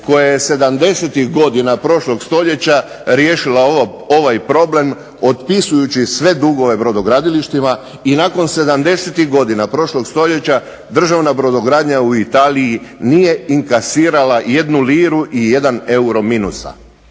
sedamdesetih godina prošlog stoljeća riješila ovaj problem otpisujući sve dugove brodogradilištima i nakon sedamdesetih godina prošlog stoljeća državna brodogradnja u Italiji nije inkasirala jednu liru i jedan euro minusa.